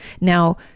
Now